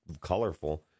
colorful